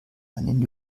einen